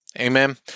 Amen